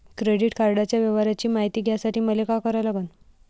Credit कार्डाच्या व्यवहाराची मायती घ्यासाठी मले का करा लागन?